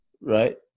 Right